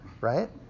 Right